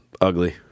ugly